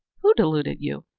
who deluded you?